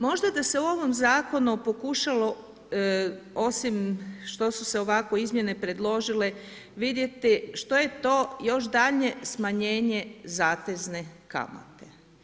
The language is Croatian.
Možda da se u ovom Zakonu pokušalo osim što su se ovako izmjene predložile vidjeti što je to još daljnje smanjenje zatezne kamate.